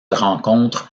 rencontre